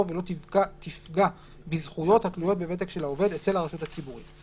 ולא תפגע בזכויות התלויות בוותק של העובד אצל הרשות הציבורית.